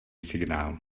signál